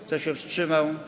Kto się wstrzymał?